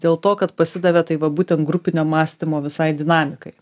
dėl to kad pasidavė tai va būtent grupinio mąstymo visai dinamikai